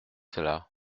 cela